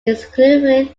exclusively